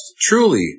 Truly